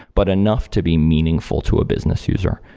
but enough to be meaningful to a business user.